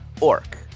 orc